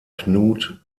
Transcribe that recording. knut